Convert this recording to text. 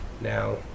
Now